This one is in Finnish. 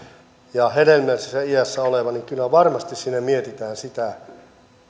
naista hedelmällisessä iässä olevaa niin kyllä varmasti siinä mietitään sitä